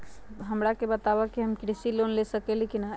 हमरा के बताव कि हम कृषि लोन ले सकेली की न?